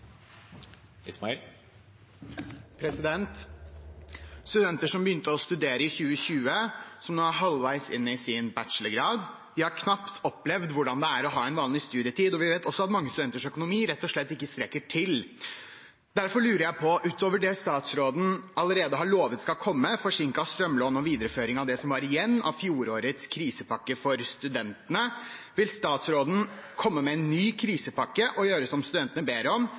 Studenter som begynte å studere i 2020, er nå halvveis inn i sin bachelorgrad og har knapt opplevd hvordan det er å ha en vanlig studietid. Vi vet også at mange studenters økonomi rett og slett ikke strekker til. Derfor lurer jeg på: Utover det statsråden allerede har lovet skal komme – forsinket strømlån og videreføring av det som var igjen av fjorårets krisepakke for studentene – vil statsråden komme med en ny krisepakke og gjøre som studentene ber om: